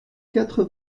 quatre